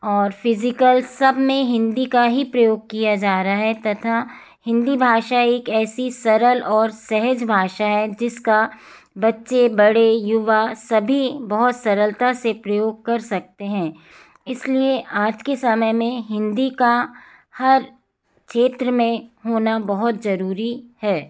और फ़िजिकल सब में हिंदी का ही प्रयोग किया जा रहा है तथा हिंदी भाषा एक ऐसी सरल और सहज भाषा है जिसका बच्चे बड़े युवा सभी बहुत सरलता से प्रयोग कर सकते हैं इस लिए आज के समय में हिंदी का हर क्षेत्र में होना बहुत ज़रूरी है